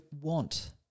want